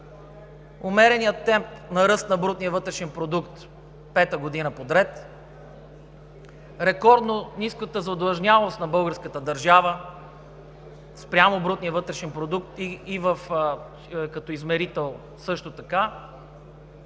умереният темп на ръст на брутния вътрешен продукт – пета година подред; рекордно ниската задлъжнялост на българската държава спрямо брутния вътрешен продукт и също така